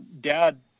dad